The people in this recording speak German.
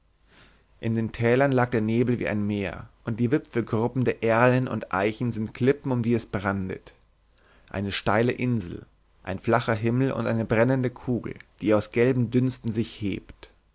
in den tälern lag der nebel wie ein meer und die wipfelgruppen der erlen und eichen sind klippen um die es brandet eine steile insel ein flacher himmel und eine brennende kugel die aus gelben dünsten sich hebt